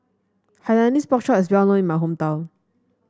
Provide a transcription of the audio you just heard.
Hainanese Pork Chop is well known in my hometown